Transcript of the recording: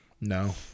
No